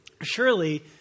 surely